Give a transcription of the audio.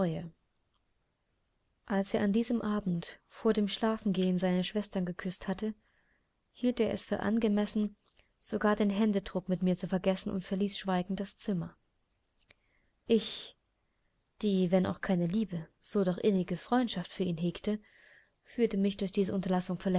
als er an diesem abend vor dem schlafengehen seine schwestern geküßt hatte hielt er es für angemessen sogar den händedruck mit mir zu vergessen und verließ schweigend das zimmer ich die wenn auch keine liebe so doch innige freundschaft für ihn hegte fühlte mich durch diese